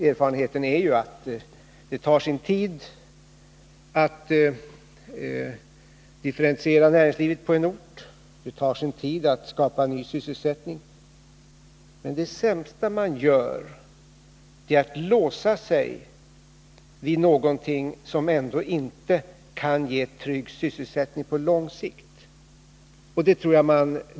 Erfarenheten är ju den att det tar sin tid att differentiera näringslivet på en ort. Det tar sin tid att skapa ny sysselsättning. Men det sämsta man kan göra är att låsa sig vid någonting som ändå inte kan ge trygg sysselsättning på lång sikt.